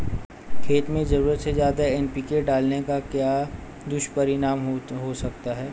खेत में ज़रूरत से ज्यादा एन.पी.के डालने का क्या दुष्परिणाम हो सकता है?